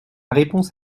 réponse